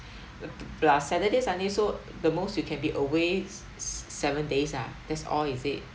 uh p~ plus saturday sunday so the most you can be away s~ s~ seven days ah that's all is it